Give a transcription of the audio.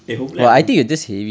eh hopefully I'm